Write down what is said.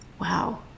wow